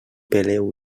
peleu